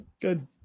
good